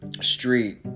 street